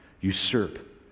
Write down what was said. usurp